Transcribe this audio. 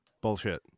Bullshit